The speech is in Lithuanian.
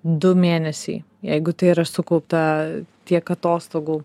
du mėnesiai jeigu tai yra sukaupta tiek atostogų